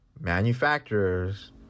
manufacturers